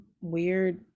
weird